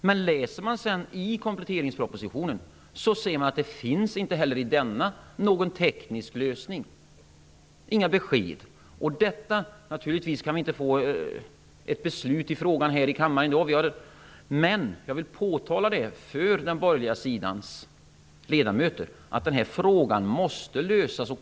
Men läser man sedan kompletteringspropositionen så finner man att det inte heller i denna finns någon teknisk lösning och inga besked. Naturligtvis kan vi inte få ett beslut här i kammaren i dag, men jag vill för den borgerliga sidans ledamöter påtala att denna fråga måste lösas.